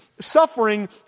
suffering